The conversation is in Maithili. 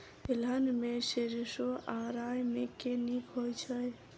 तेलहन मे सैरसो आ राई मे केँ नीक होइ छै?